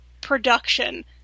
production